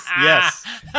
Yes